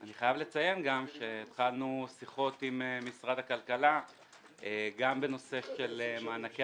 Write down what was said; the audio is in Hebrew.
אני חייב לציין שהתחלנו שיחות עם משרד הכלכלה גם בנושא של מענקי